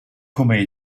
come